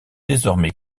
désormais